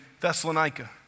Thessalonica